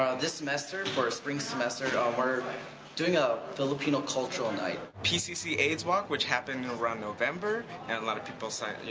ah this semester, for spring semester, we're doing a filipino cultural night. pcc aids walk which happen around november and a lot of people, you